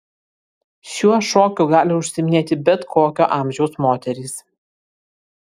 šiuo šokiu gali užsiiminėti bet kokio amžiaus moterys